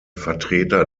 vertreter